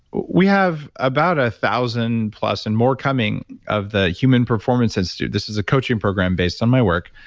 we have about one ah thousand plus and more coming of the human performance. and so this is a coaching program based on my work.